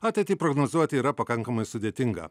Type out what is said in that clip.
ateitį prognozuoti yra pakankamai sudėtinga